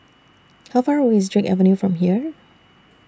How Far away IS Drake Avenue from here